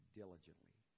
diligently